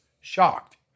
shocked